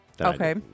Okay